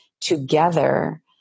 together